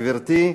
גברתי,